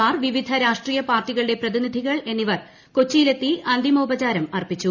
മാർ വിവിധ രാഷ്ട്രീയ പാർട്ടികളുടെ പ്രതിനിധികൾ എന്നിവർ കൊച്ചിയിലെത്തി അന്തിമോപചാരം അർപ്പിച്ചു